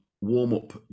warm-up